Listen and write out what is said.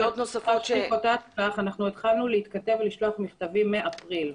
-- התחלנו לשלוח מכתבים מאפריל.